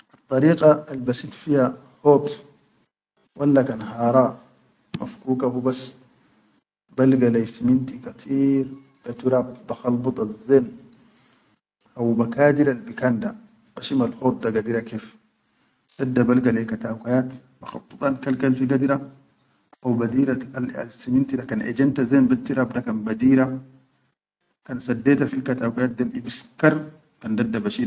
Addariqa al ba sit fiya hut walla kan hara mafkuka hubas balga leyi ciminti kateer be tirab ba khalbida zen, haw ba kadira kef dadda balga leyi katakoyat ba khuda kal-kal fi gadira haw ba diral al ciminti da kan ejenta zen be tirab da kan badira kan saddeta fil katakoyat yi bis kar kan.